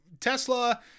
Tesla